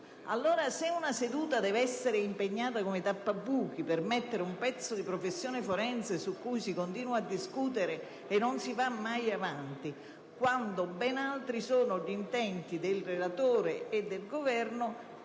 con l'esame del provvedimento come tappabuchi per mettere un pezzo di professione forense su cui si continua a discutere e non si va mai avanti, quando ben altri sono gli intenti del relatore e del Governo,